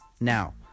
Now